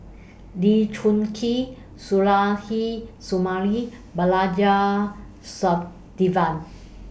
Lee Choon Kee Sumari and Balaji